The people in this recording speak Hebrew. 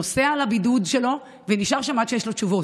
נוסע לבידוד שלו ונשאר שם עד שיש לו תשובות.